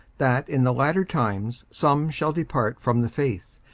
that in the latter times some shall depart from the faith,